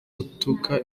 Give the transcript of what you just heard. atuka